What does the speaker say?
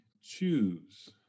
choose